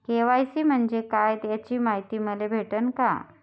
KYC म्हंजे काय याची मायती मले भेटन का?